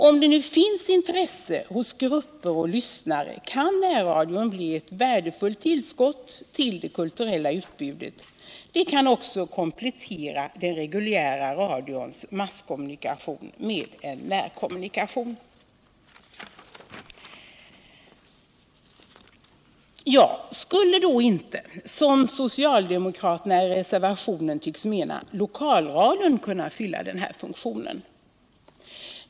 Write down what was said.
Om det nu finns intresse hos grupper av lyssnare kan närradion bli ett värdefullt tillskott till det kulturella utbudet. Den kan också komplettera den reguljära radions masskommunikation med en närkommunikation. Skulle då inte — som socialdemokraterna tycks mena i sin reservation — lokalradion kunna fylla den funktionen?